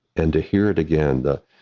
and to hear it again, the,